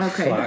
Okay